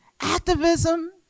activism